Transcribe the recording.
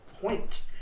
point